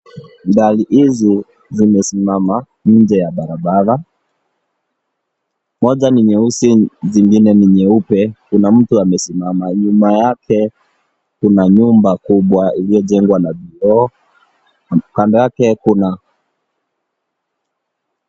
Gari hizi zimesimama nje ya barabara, moja ni nyeusi zingine ni nyeupe, kuna mtu amesimama nyuma yake, kuna nyumba kubwa iliyojengwa na vioo. Kando yake kuna.